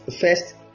First